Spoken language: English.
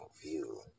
view